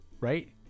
right